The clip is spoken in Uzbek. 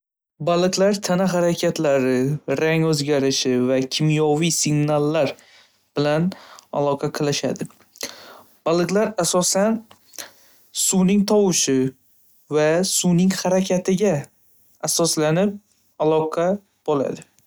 ﻿Baliqlar tana harakatlari, rang o'zgarishi va kimyoviy signallar bilan aloqa qilishadi. Baliqlar asosan suvning tovushi va suvning harakatiga asoslanib aloqa bo'ladi.